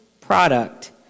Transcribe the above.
product